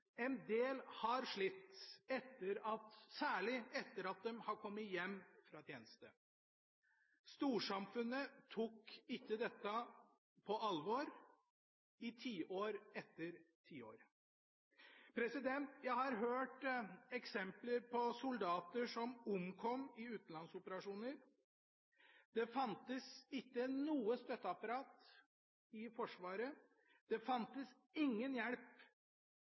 en del har slitt, særlig etter at de har kommet hjem fra tjeneste. Storsamfunnet tok ikke dette på alvor i tiår etter tiår. Jeg har hørt eksempler på soldater som omkom i utenlandsoperasjoner, og der det ikke fantes noe støtteapparat i Forsvaret og ingen hjelp